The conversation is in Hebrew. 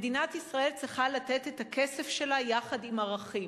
מדינת ישראל צריכה לתת את הכסף שלה יחד עם ערכים,